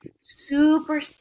Super